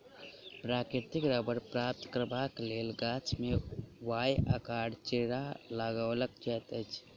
प्राकृतिक रबड़ प्राप्त करबाक लेल गाछ मे वाए आकारक चिड़ा लगाओल जाइत अछि